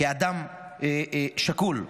כאדם שקול,